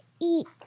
Eat